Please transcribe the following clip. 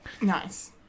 nice